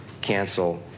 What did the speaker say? cancel